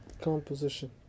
Composition